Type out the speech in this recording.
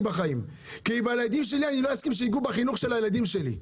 בחיים כי אני לא אסכים שיגעו בחינוך של הילדים שלי.